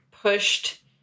pushed